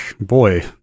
boy